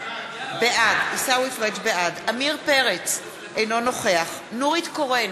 בעד עמיר פרץ, אינו נוכח נורית קורן,